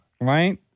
Right